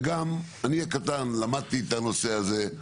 וגם אני הקטן למדתי את הנושא הזה,